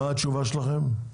מה התשובה שלכם?